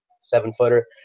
seven-footer